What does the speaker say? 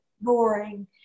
boring